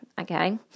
Okay